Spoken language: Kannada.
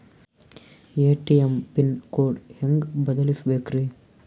ಎ.ಟಿ.ಎಂ ಪಿನ್ ಕೋಡ್ ಹೆಂಗ್ ಬದಲ್ಸ್ಬೇಕ್ರಿ?